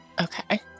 Okay